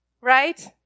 Right